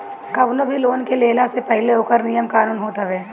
कवनो भी लोन के लेहला से पहिले ओकर नियम कानून होत हवे